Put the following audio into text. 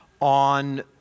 on